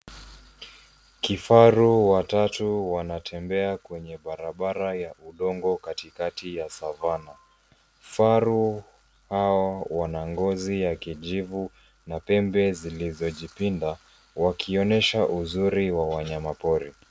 Kifaru watatu wanatembea kwenye barabara ya udongo katikati ya Savana. Vifaru hao wana ngozi ya kijivu na pembe zilizojipinda, wakionyesha uzuri wa wanyama pori.